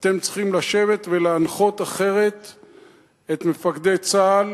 אתם צריכים לשבת ולהנחות אחרת את מפקדי צה"ל